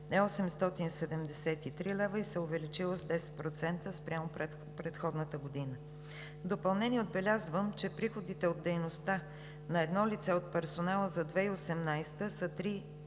е 873 лв. и се е увеличила с 10% спрямо предходната година. В допълнение, отбелязвам, че приходите от дейността на едно лице от персонала за 2018 г. са